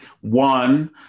One